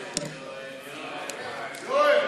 המסלקות של הסליקה, היינו נגד, לא בזה.